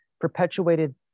perpetuated